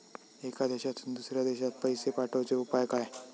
एका देशातून दुसऱ्या देशात पैसे पाठवचे उपाय काय?